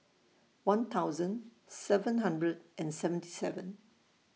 one thousand seven hundred and seventy seven